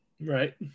Right